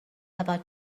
about